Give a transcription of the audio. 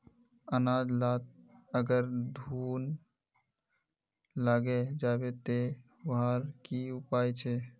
अनाज लात अगर घुन लागे जाबे ते वहार की उपाय छे?